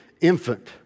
infant